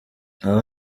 aba